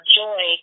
joy